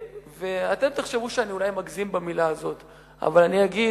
אתם תחשבו שאני אולי מגזים במלה הזאת אבל אני אגיד,